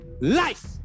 life